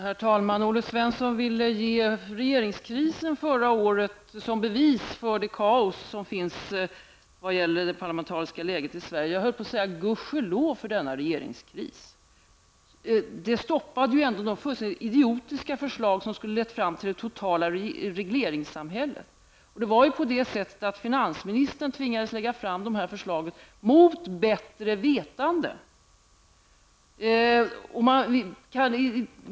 Herr talman! Olle Svensson ville anföra regeringskrisen förra året som bevis för det kaos som råder i vad gäller det parlamentariska läget i Sverige. Jag höll på att säga gudskelov för denna regeringskris. Den stoppade ändå de helt idiotiska förslag som skulle ha lett fram till det totala regleringssamhället. Finansministern tvingades lägga fram dessa förslag mot bättre vetande.